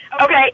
Okay